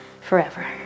forever